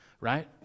right